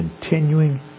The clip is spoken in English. continuing